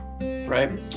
right